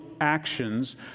actions